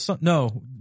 no